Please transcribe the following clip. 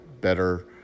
better